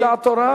או שיש דעת תורה,